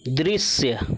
दृश्य